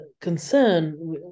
concern